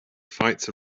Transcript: fights